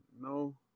no